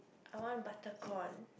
I want butter corn